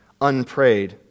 unprayed